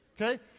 okay